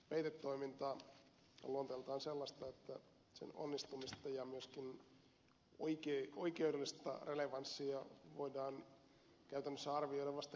peitetoiminta on luonteeltaan sellaista että sen onnistumista ja myöskin oikeudellista relevanssia voidaan käytännössä arvioida vasta jälkikäteen